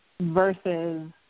Versus